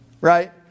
Right